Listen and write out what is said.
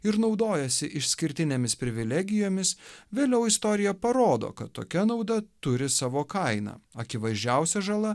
ir naudojasi išskirtinėmis privilegijomis vėliau istorija parodo kad tokia nauda turi savo kainą akivaizdžiausia žala